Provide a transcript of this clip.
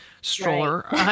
stroller